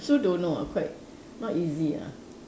also don't know ah quite not easy ah